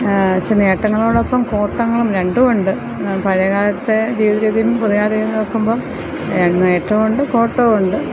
പക്ഷേ നേട്ടങ്ങളോടൊപ്പം കോട്ടങ്ങളും രണ്ടുമുണ്ട് പഴയകാലത്തെ ജീവിത രീതിയും പുതിയ രീതിയും നോക്കുമ്പോൾ രണ്ട് നേട്ടമുണ്ട് കോട്ടമുണ്ട്